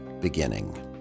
Beginning